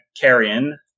Carrion